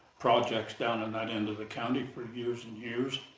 projects down in that end of the county for years and years.